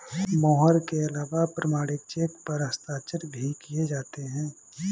मोहर के अलावा प्रमाणिक चेक पर हस्ताक्षर भी किये जाते हैं